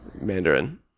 Mandarin